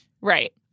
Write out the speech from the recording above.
Right